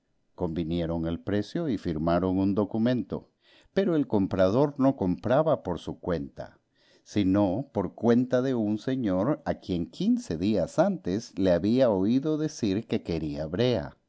convinieron el precio y firmaron un documento pero el comprador no compraba por su cuenta sino por cuenta de un señor a quien quince días antes le había oído decir que quería brea